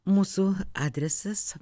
mūsų adresas